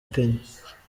kenya